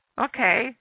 okay